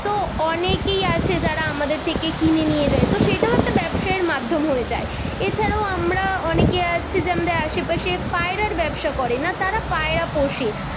তো অনেকেই আছে যারা আমাদের থেকে কিনে নিয়ে যায় তো সেইটাও একটা ব্যবসায়ের মাধ্যম হয়ে যায় এছাড়াও আমরা অনেকে আছি যে আমাদের আশেপাশে পায়রার ব্যবসা করে না তারা পায়রা পোষে